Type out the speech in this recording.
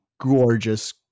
gorgeous